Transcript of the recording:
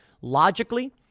logically